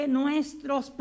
nuestros